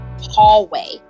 hallway